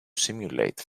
simulate